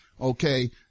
okay